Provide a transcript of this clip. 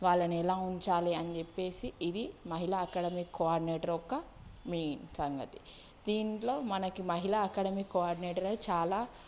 వాళ్ళని ఎలా ఉంచాలి అని చెప్పేసి ఇది మహిళా అకడమిక్ కోఆర్డినేటర్ యొక్క మెయిన్ సంగతి దీంట్లో మనకి మహిళా అకడమిక్ కోఆర్డినేటరే చాలా